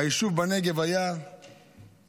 היישוב בנגב היה יישוב,